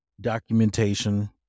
Documentation